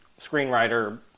screenwriter